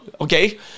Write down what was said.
okay